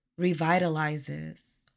revitalizes